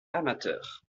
amateur